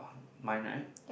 mine right